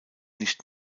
nicht